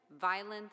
violence